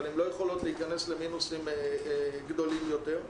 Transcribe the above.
אבל הן לא יכולות להיכנס למינוסים גדולים יותר.